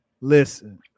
Listen